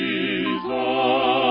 Jesus